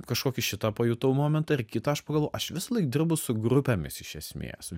kažkokį šitą pajutau momentą ir kitą aš pagalvojau aš visą laiką dirbu su grupėmis iš esmės